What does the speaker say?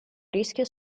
rischio